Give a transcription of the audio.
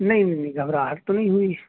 نہیں نہیں نہیں گھبراہٹ تو نہیں ہوئی